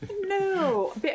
No